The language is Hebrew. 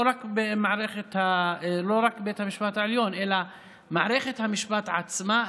לא רק בבית משפט העליון אלא במערכת המשפט עצמה,